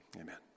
amen